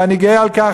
ואני גאה על כך,